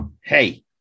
Hey